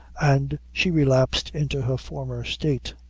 and she relapsed into her former state.